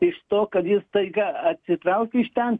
iš to kad jis staiga atsitraukė iš ten